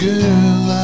girl